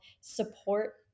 support